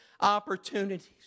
opportunities